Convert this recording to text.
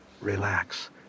Relax